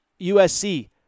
USC